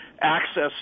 access